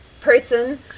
person